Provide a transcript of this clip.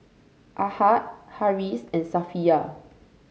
Ahad Harris and Safiya